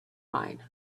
mine